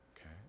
Okay